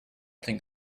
think